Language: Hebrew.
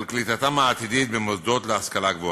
על קליטתם העתידית במוסדות להשכלה גבוהה.